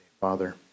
Father